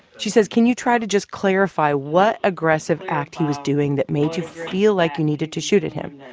she says, can you try to just clarify what aggressive act he was doing that made you feel like you needed to shoot at him?